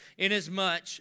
Inasmuch